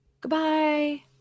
goodbye